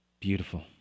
Beautiful